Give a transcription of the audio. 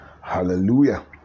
hallelujah